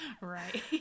Right